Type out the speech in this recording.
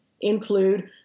include